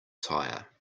tyre